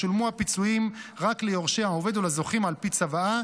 ישולמו הפיצויים רק ליורשי העובד או לזוכים על פי צוואה,